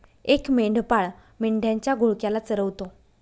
एक मेंढपाळ मेंढ्यांच्या घोळक्याला चरवतो